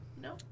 no